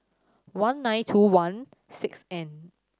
one nine two one six N